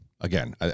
again